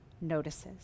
notices